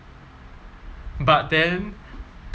but then